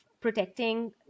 protecting